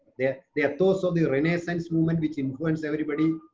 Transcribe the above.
the the ethos of the renaissance movement which influenced everybody.